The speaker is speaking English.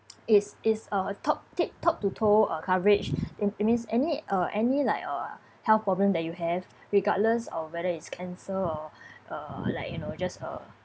is is a top tip top to toe or coverage it it means any uh any like uh health problem that you have regardless of whether it's cancer or uh like you know just uh